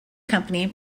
company